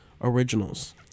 originals